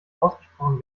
ausgesprochen